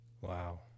Wow